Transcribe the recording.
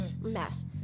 Mess